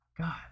God